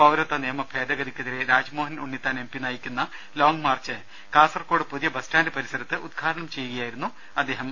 പൌരത്വ നിയമ ഭേദഗതിക്കെതിരെ രാജ്മോഹൻ ഉണ്ണിത്താൻ എം പി നയിക്കുന്ന ലോംഗ് മാർച്ച് കാസർകോട് പുതിയ ബസ് സ്റ്റാന്റ് പരിസരത്ത് ഉദ്ഘാടനം ചെയ്യുകയായിരുന്നു അദ്ദേഹം